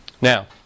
now